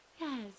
Yes